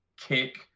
kick